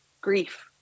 grief